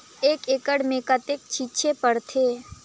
एक एकड़ मे कतेक छीचे पड़थे?